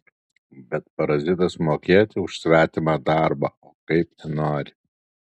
bet parazitas mokėti už svetimą darbą oi kaip nenori